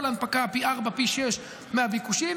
כל הנפקה פי ארבעה, פי שישה, מהביקושים.